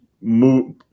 move